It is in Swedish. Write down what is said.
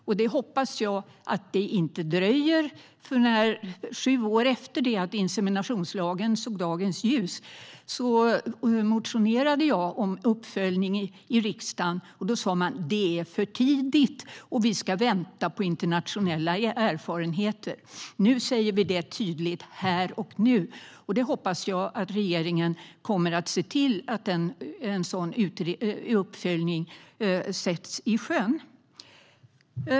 Och jag hoppas att det inte dröjer. Sju år efter det att inseminationslagen såg dagens ljus motionerade jag i riksdagen om en uppföljning, men då sa man: Det är för tidigt, och vi ska vänta på internationella erfarenheter. Nu säger vi tydligt att det ska ske här och nu, och jag hoppas att regeringen ser till att en sådan uppföljning sätts i sjön.